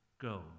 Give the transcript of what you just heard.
go